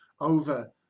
over